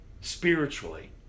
Spiritually